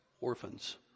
orphans